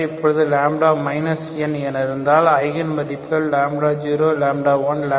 இப்பொழுது n இந்த eigen மதிப்புகள் 0 1 2